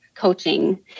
Coaching